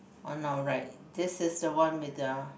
or no right this is the one with the